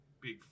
big